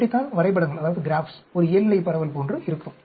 இப்படித்தான் வரைபடங்கள் ஒரு இயல்நிலை பரவல் போன்று இருக்கும்